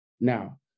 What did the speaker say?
now